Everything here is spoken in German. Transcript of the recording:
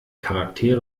charaktere